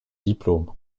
diplôme